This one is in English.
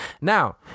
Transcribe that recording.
Now